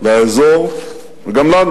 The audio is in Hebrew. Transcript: לאזור וגם לנו.